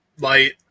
light